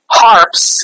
harps